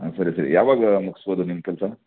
ಹಾಂ ಸರಿ ಸರಿ ಯಾವಾಗ ಮುಗ್ಸ್ಬೋದು ನಿಮ್ಮ ಕೆಲಸ